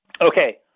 okay